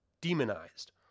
demonized